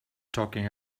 talking